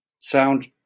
sound